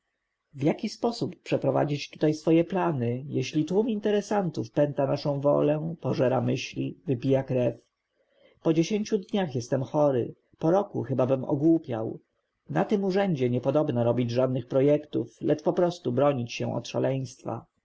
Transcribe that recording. w jaki sposób przeprowadzić tu swoje plany jeżeli tłum interesantów pęta naszą wolę pożera myśli wypija krew po dziesięciu dniach jestem chory po roku chybabym ogłupiał na tym urzędzie niepodobna robić żadnych projektów lecz poprostu bronić się od szaleństwa